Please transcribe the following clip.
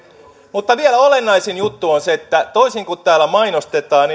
mutta vielä olennaisin juttu on se että toisin kuin täällä mainostetaan